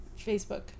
Facebook